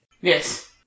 Yes